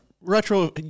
retro